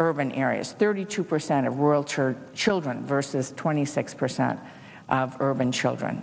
urban areas thirty two percent of world her children versus twenty six percent of urban children